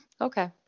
Okay